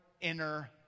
inner